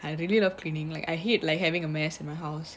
I really love cleaning like I hate like having a mess in my house